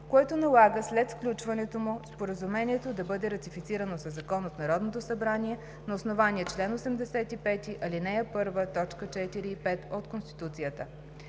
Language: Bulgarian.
което налага след сключването му Споразумението да бъде ратифицирано със закон от Народното събрание на основание чл. 85, ал. 1, т. 4 и 5 от Конституцията.